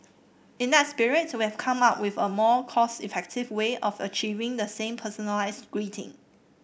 in that spirit we've come up with a more cost effective way of achieving the same personalised greeting